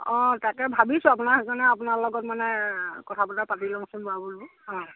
অ তাকে ভাবিছোঁ আপোনাৰ সেইকাৰণে আপোনাৰ লগত মানে কথা বতৰা পাতি লওঁচোন বাৰু বোলো অ